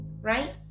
right